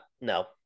no